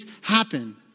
happen